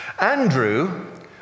Andrew